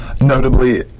Notably